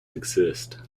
exist